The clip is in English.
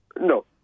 No